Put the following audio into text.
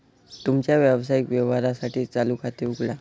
तुमच्या व्यावसायिक व्यवहारांसाठी चालू खाते उघडा